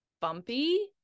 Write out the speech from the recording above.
bumpy